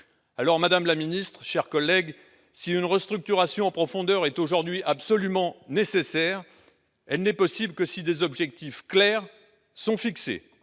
Alors, madame la ministre, mes chers collègues, si une restructuration en profondeur est aujourd'hui absolument nécessaire, elle n'est possible que si des objectifs clairs sont fixés.